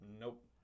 Nope